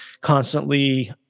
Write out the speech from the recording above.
constantly